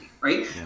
right